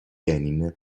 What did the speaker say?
lenin